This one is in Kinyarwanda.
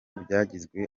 byagizwe